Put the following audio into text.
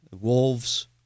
Wolves